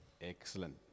Excellent